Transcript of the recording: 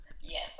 Yes